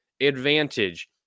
advantage